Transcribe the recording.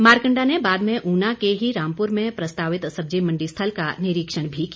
मारकंडा ने बाद में ऊना के ही रामपुर में प्रस्तावित सब्जी मंडी स्थल का निरीक्षण भी किया